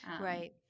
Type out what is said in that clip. Right